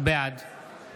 בעד